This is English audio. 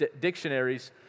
dictionaries